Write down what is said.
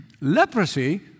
leprosy